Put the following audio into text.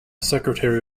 secretary